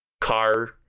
car